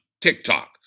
TikTok